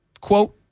quote